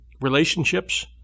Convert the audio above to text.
relationships